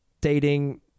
dating